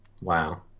Wow